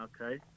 Okay